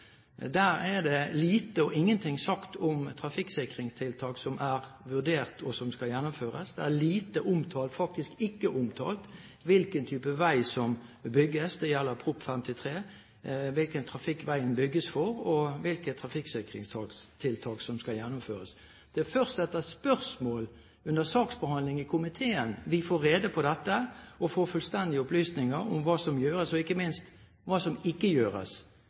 Der er det lite og ingenting sagt om trafikksikringstiltak som er vurdert, og som skal gjennomføres. Det er faktisk ikke omtalt hvilken type vei som bygges – det gjelder Prop. 53 S – hvilken trafikk veien bygges for, og hvilke trafikksikringstiltak som skal gjennomføres. Det er først etter spørsmål under saksbehandling i komiteen vi får rede på dette og får fullstendige opplysninger om hva som gjøres og, ikke minst, hva som ikke gjøres.